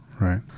Right